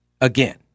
again